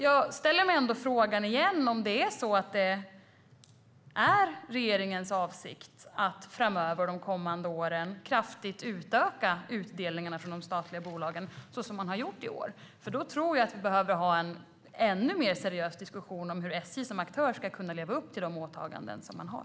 Jag ställer ändå frågan igen om det är regeringens avsikt att de kommande åren kraftigt utöka utdelningarna från de statliga bolagen så som man har gjort i år. I så fall tror jag att vi behöver ha en ännu mer seriös diskussion om hur SJ som aktör ska kunna leva upp till de åtaganden som man har.